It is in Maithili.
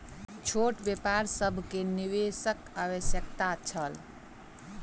छोट व्यापार सभ के निवेशक आवश्यकता छल